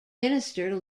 minister